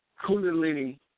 kundalini